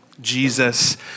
Jesus